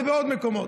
ובעוד מקומות.